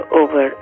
over